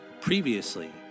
Previously